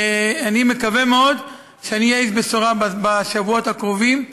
ואני מקווה מאוד שאהיה איש בשורה בשבועות הקרובים.